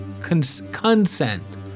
consent